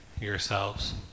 yourselves